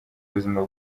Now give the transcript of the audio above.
ubuzima